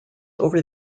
over